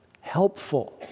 helpful